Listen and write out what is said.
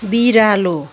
बिरालो